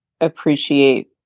appreciate